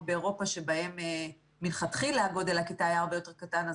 באירופה שבהן מלכתחילה גודל הכיתה היה הרבה יותר קטן,